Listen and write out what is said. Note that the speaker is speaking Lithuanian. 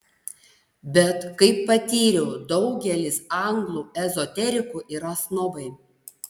bet kaip patyriau daugelis anglų ezoterikų yra snobai